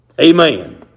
Amen